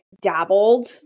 dabbled